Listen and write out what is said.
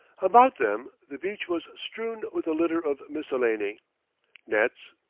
about them the beach was strewn with a litter of miscellany nets,